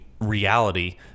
reality